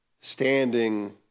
Standing